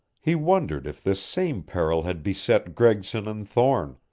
he wondered if this same peril had beset gregson and thorne,